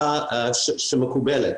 כגישה שמקובלת,